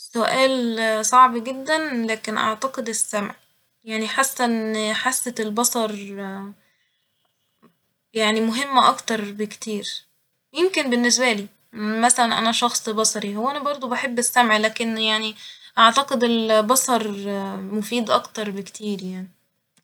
سؤال صعب جدا لكن اعتقد السمع ، يعني حاسه ان حاسة البصر يعني مهمة اكتر بكتير ، يمكن باللنسبالي مثلا انا شخص بصري ، هو انا برضه بحب السمع لكن يعني اعتقد البصر مفيد اكتر بكتير يعني